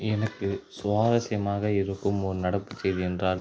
எனக்கு சுவாரஸ்யமாக இருக்கும் ஒரு நடப்புச்செய்தி என்றால்